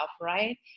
right